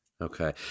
Okay